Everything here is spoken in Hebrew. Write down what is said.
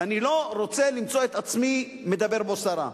ואני לא רוצה למצוא את עצמי מדבר בו סרה,